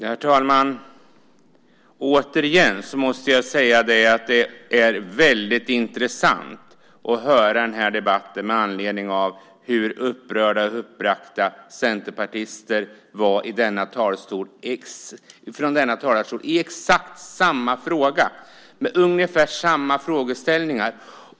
Herr talman! Återigen måste jag säga att det är väldigt intressant att höra den här debatten, med anledning av hur upprörda och uppbragta centerpartister tidigare var i denna talarstol i exakt samma fråga, med ungefär samma frågeställningar.